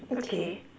okay